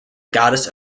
goddess